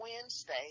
wednesday